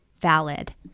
valid